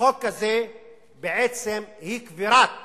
החוק הזה היא בעצם קבירת